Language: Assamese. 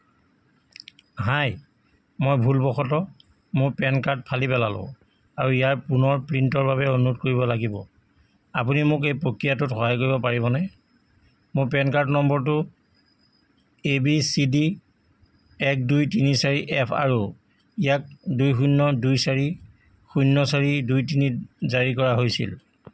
হাই মই ভুলবশতঃ মোৰ পেন কাৰ্ড ফালি পেলালোঁ আৰু ইয়াৰ পুনৰ প্ৰিণ্টৰ বাবে অনুৰোধ কৰিব লাগিব আপুনি মোক এই প্ৰক্ৰিয়াটোত সহায় কৰিব পাৰিবনে মোৰ পেন কাৰ্ড নম্বৰটো এ বি চি ডি এক দুই তিনি চাৰি এফ আৰু ইয়াক দুই শূন্য দুই চাৰি শূন্য চাৰি দুই তিনিত জাৰী কৰা হৈছিল